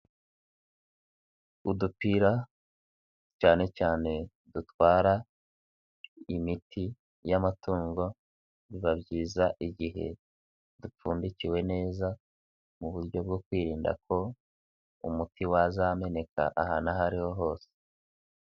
Udupira cyane cyane dutwara imiti y'amatungo, biba byiza igihe dupfundikiwe neza mu buryo bwo kwirinda ko umuti wazameneka ahantu aho ariho hose.